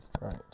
right